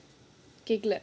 கேட்கல:ketkkala